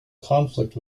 conflict